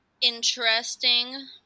interesting